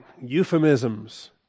Euphemisms